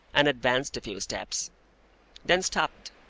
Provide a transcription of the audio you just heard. and advanced a few steps then stopped,